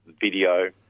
video